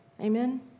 Amen